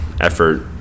effort